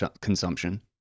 consumption